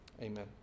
Amen